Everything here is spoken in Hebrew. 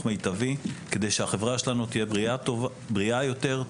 מיטבי כדי שהחברה שלנו תהיה בריאה יותר,